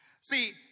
see